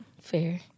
Fair